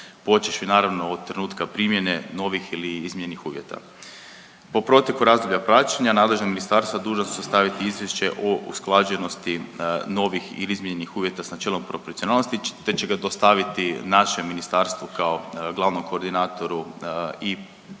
počevši, naravno od trenutka primjene novih ili izmijenjenih uvjeta. Po proteku razdoblja praćenja, nadležna ministarstva dužna su staviti izvješće o usklađenosti novih ili izmijenjenih uvjeta s načelom proporcionalnosti te će ga dostaviti našem ministarstvu kao glavnom koordinatoru i